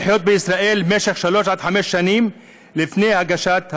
לחיות בישראל במשך שלוש עד חמש שנים לפני הגשת הבקשה,